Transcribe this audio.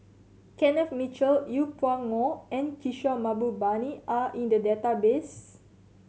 Kenneth Mitchell Yeng Pway Ngon and Kishore Mahbubani are in the database